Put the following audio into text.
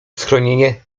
schronienie